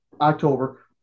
October